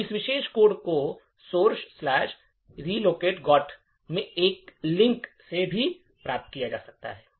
अब इस विशेष कोड को निर्देशिका source relocgot में इस लिंक से भी प्राप्त किया जा सकता है